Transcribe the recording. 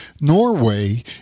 Norway